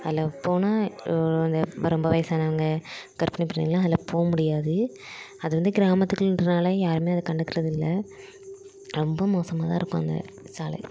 அதில் போனால் அந்த ரொம்ப வயதானவங்க கர்ப்பிணி பெண்களெலாம் அதில் போக முடியாது அது வந்து கிராமத்துலங்கிறதுனால யாருமே அதை கண்டுக்கிறது இல்லை ரொம்ப மோசமாக தான் இருக்கும் அந்த சாலை